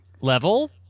Level